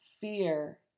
fear